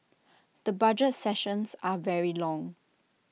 the budget sessions are very long